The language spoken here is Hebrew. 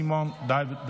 חבר הכנסת סימון דוידסון,